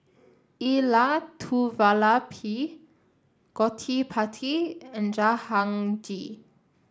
Elattuvalapil Gottipati and Jahangir